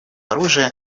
оружия